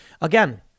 Again